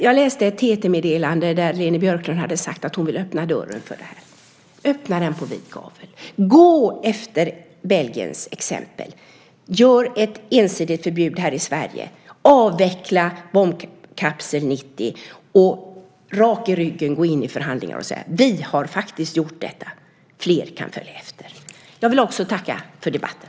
Jag läste ett TT-meddelande där Leni Björklund hade sagt att hon ville öppna dörren för det här. Öppna den på vid gavel! Gå efter Belgiens exempel! Gör ett ensidigt förbud här i Sverige! Avveckla bombkapsel 90 och gå rak i ryggen in i förhandlingarna och säg: Vi har faktiskt gjort detta, fler kan följa efter. Jag vill också tacka för debatten.